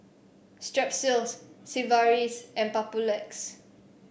Strepsils Sigvaris and Papulex